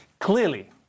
Clearly